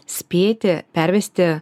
spėti pervesti